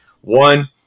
One